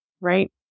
right